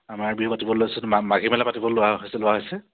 আমাৰ ইয়াত বিহু পাতিব লৈছোঁ মাঘী মেলা পাতিবলৈ লোৱা হৈছে লোৱা হৈছে